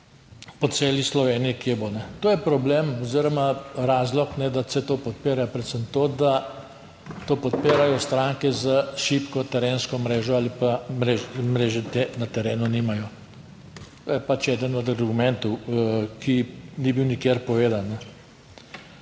po celi Sloveniji, kje bo. To je problem oziroma razlog, da se to podpira, predvsem to, da to podpirajo stranke s šibko terensko mrežo ali pa mreže na terenu nimajo. To je pač eden od argumentov, ki ni bil nikjer povedan.